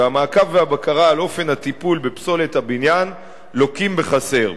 והמעקב והבקרה על אופן הטיפול בפסולת הבניין לוקים בחסר.